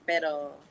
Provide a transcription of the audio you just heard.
Pero